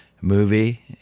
movie